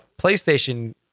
PlayStation